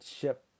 ship